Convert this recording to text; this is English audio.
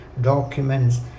documents